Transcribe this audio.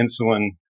insulin